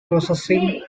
processing